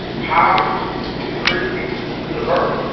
poverty is increasingly suburban.